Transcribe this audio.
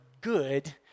good